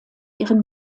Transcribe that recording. ihren